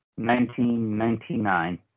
1999